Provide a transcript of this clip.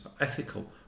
ethical